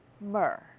Myrrh